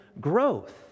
growth